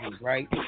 right